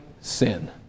sin